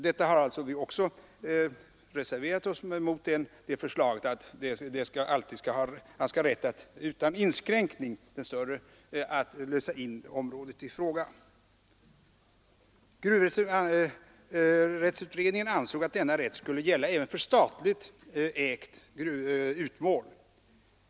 Vi har reserverat oss mot förslaget att den som äger den större delen utan inskränkning skall ha rätt att lösa in det mindre området. Gruvrättsutredningen ansåg att denna rätt skulle gälla även för statligt ägt utmål.